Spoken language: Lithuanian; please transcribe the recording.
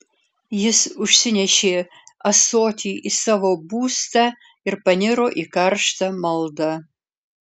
jis užsinešė ąsotį į savo būstą ir paniro į karštą maldą